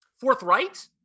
forthright